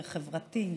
יותר חברתי,